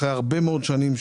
אחרי הרבה מאוד שנים,